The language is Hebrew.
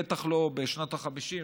בטח בשנות ה-50,